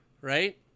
right